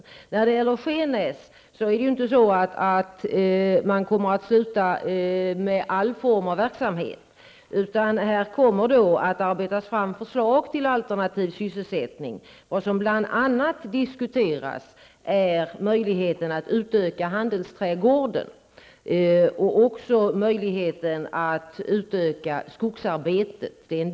Det är inte heller så att man på Skenäs kommer att sluta med all form av verksamhet, utan det kommer att arbetas fram förslag till alternativ sysselsättning. Bl.a. diskuteras möjligheten att utöka handelsträdgården. Man diskuterar även möjligheten att utöka skogsarbetet.